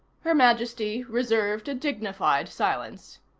her majesty reserved a dignified silence.